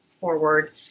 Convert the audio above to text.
forward